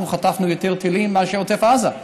אנחנו חטפנו יותר טילים מאשר עוטף עזה.